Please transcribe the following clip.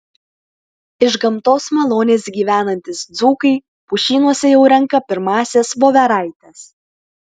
iš gamtos malonės gyvenantys dzūkai pušynuose jau renka pirmąsias voveraites